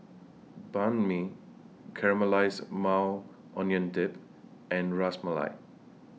Banh MI Caramelized Maui Onion Dip and Ras Malai